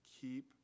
Keep